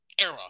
era